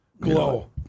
glow